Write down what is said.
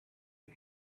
you